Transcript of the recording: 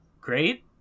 great